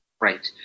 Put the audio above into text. Right